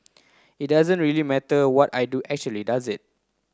it doesn't really matter what I do actually does it